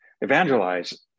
evangelize